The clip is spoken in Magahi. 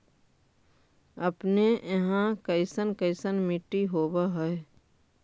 अपने यहाँ कैसन कैसन मिट्टी होब है?